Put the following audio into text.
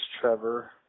Trevor